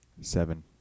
Seven